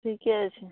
ठीके छै